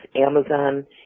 Amazon